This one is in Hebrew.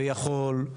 ויכול,